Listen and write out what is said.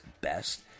best